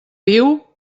viu